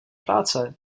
práce